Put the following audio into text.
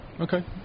okay